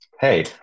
Hey